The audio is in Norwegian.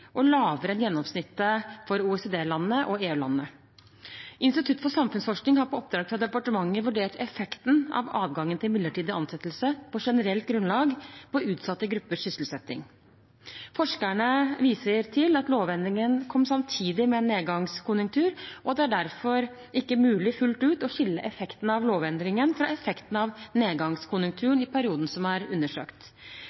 og lavere enn gjennomsnittet for OECD-landene og EU-landene. Institutt for samfunnsforskning har på oppdrag fra departementet vurdert effekten av adgangen til midlertidig ansettelse på generelt grunnlag på utsatte gruppers sysselsetting. Forskerne viser til at lovendringen kom samtidig med en nedgangskonjunktur, og at det derfor ikke er mulig fullt ut å skille effekten av lovendringen fra effekten av